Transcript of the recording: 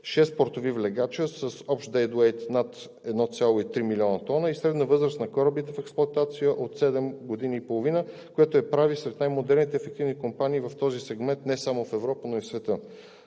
портови влекача с общ дедуейт над 1,3 млн. тона и средна възраст на корабите в експлоатация от 7,5 години, което я прави сред най-модерните ефективни компании в този сегмент не само в Европа, но и в света.